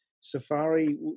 Safari